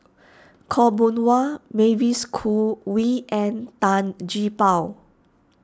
Khaw Boon Wan Mavis Khoo Oei and Tan Gee Paw